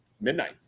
midnight